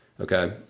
okay